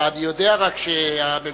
אני יודע רק שהממשלה,